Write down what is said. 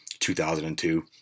2002